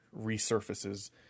resurfaces